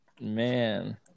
Man